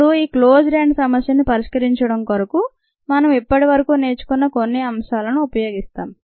ఇప్పుడు ఈ closed end సమస్యను పరిష్కరించడం కొరకు మనం ఇప్పటి వరకు నేర్చుకున్న కొన్ని అంశాలను ఉపయోగిస్తాం